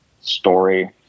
story